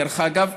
דרך אגב,